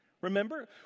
Remember